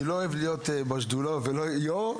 אני לא אוהב להיות בשדולות ולא יו"ר,